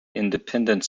independent